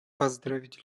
поздравить